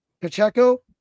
Pacheco